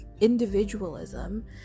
individualism